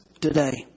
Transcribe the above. today